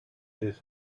his